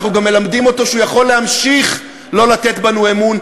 אנחנו גם מלמדים אותו שהוא יכול להמשיך לא לתת בנו אמון,